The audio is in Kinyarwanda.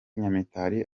nyamitali